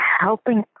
helping